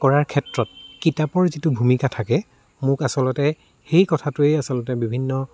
কৰাৰ ক্ষেত্ৰত কিতাপৰ যিটো ভূমিকা থাকে মোক আচলতে সেই কথাটোৱেই আচলতে বিভিন্ন